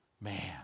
Man